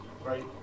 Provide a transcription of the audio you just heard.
right